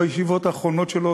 בישיבות האחרונות שלו,